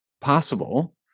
possible